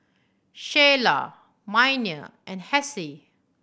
Sheilah Miner and Hassie